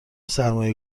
سرمایه